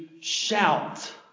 shout